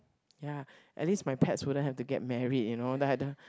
ya at least my pets wouldn't have to get married you know then I don~